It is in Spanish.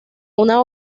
una